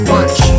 Watch